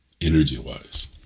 energy-wise